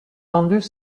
vendus